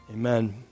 Amen